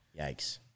Yikes